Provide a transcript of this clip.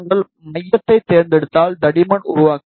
நாங்கள் மையத்தைத் தேர்ந்தெடுத்ததால் தடிமன் உருவாக்க